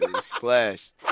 Slash